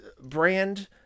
brand